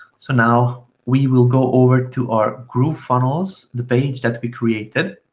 so now we will go over to our groovefunnels, the page that we created